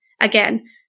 Again